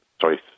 sorry